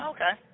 Okay